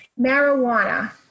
marijuana